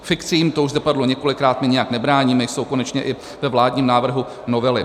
Fikcím, to už zde padlo několikrát, my nijak nebráníme, jsou konečně i ve vládním návrhu novely.